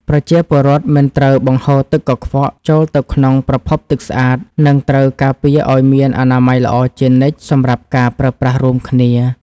ប្រជាពលរដ្ឋមិនត្រូវបង្ហូរទឹកកខ្វក់ចូលទៅក្នុងប្រភពទឹកស្អាត និងត្រូវការពារឱ្យមានអនាម័យល្អជានិច្ចសម្រាប់ការប្រើប្រាស់រួមគ្នា។